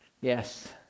Yes